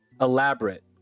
elaborate